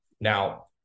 Now